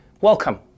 Welcome